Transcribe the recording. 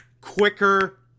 quicker